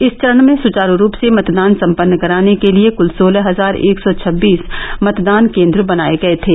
इस चरण में सुचारू रूप से मतदान सम्पन्न कराने के लिये कुल सोलह हजार एक सौ छब्बीस मतदान केन्द्र बनाये गये थे